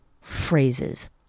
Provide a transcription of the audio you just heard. phrases